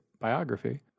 biography